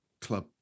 club